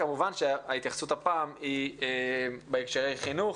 כמובן שההתייחסות הפעם היא בהקשרי חינוך